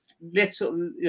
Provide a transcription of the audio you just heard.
little